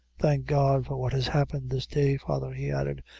thank god for what has happened this day. father, he added,